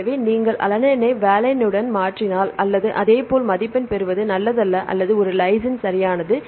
எனவே நீங்கள் அலனைனை வாலினுடன் மாற்றினால் அல்லது அதேபோல் மதிப்பெண் பெறுவது நல்லதல்ல அல்லது ஒரு லைசின் சரியானது